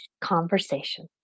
conversation